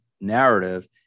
narrative